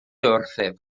wrthyf